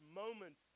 moment